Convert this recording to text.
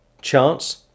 chance